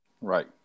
Right